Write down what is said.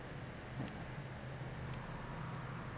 mm